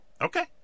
Okay